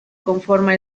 conforma